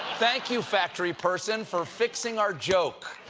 thank you, factory person, for fixing our joke.